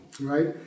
right